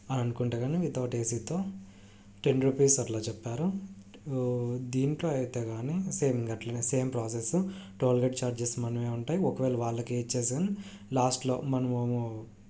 అననుకుంటే కాని వితౌట్ ఏసీతో ten rupees అట్లా చెప్పారు దీంట్లో అయితే కాని సేమ్ ఇంకట్లనే సేమ్ ప్రాసెస్సు టోల్గేట్ ఛార్జెస్ మనమే ఉంటాయి ఒకవేళ వాళ్ళకే ఇచ్చేస్తే లాస్ట్లో మనము